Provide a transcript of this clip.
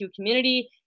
community